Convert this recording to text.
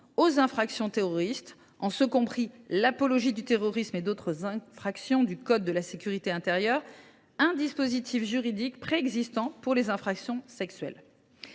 aux infractions terroristes, y compris l’apologie du terrorisme et d’autres infractions définies dans le code de la sécurité intérieure, un dispositif juridique qui existait déjà pour les infractions sexuelles.